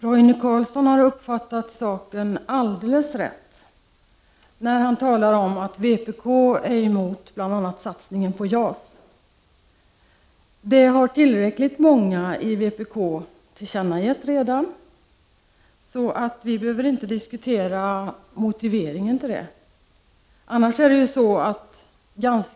Fru talman! Roine Carlsson har uppfattat saken alldeles riktigt när han säger att vpk är emot bl.a. satsningen på JAS. Tillräckligt många i vpk har redan tillkännagivit detta, och vi behöver därför inte diskutera motiveringen till vpk:s ställningstagande.